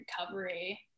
recovery